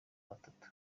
batatu